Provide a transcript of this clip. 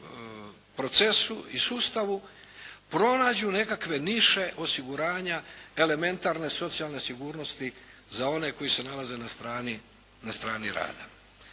procesu i sustavu pronađu nekakve niše osiguranja elementarne socijalne sigurnosti za one koji se nalaze na strani rada.